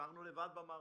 נשארנו לבד במערכה.